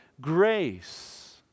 grace